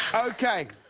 okay